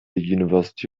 university